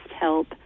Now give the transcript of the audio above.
help